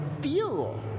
fuel